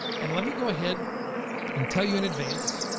and let me go ahead and tell you in advance.